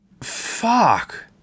Fuck